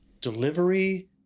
delivery